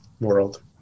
world